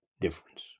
difference